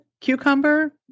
cucumber